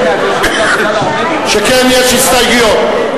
שכן יש הסתייגויות.